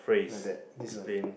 like that he's a